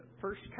first